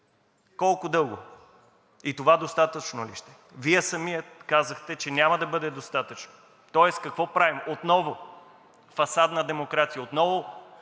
Колко дълго и това достатъчно ли ще е? Вие самият казахте, че няма да бъде достатъчно. Тоест, какво правим? Отново фасадна демокрация, отново